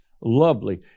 lovely